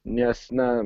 nes na